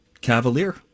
cavalier